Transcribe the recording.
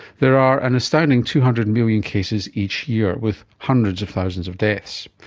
there are an astounding two hundred million cases each year. with hundreds of thousands of deaths.